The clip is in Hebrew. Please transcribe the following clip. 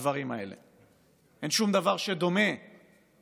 בדברים האלה, אין שום דבר שדומה ליהודי.